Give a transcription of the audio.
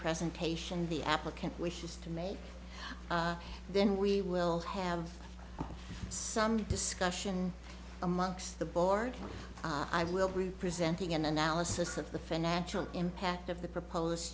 presentation the applicant wishes to make then we will have some discussion amongst the board i will be presenting an analysis of the financial impact of the proposed